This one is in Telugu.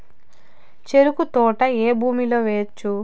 చెరుకు తోట ఏ భూమిలో వేయవచ్చు?